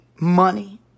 money